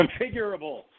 Configurable